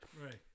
Right